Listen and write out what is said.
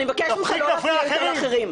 אני מבקשת ממך לא להפריע לאחרים.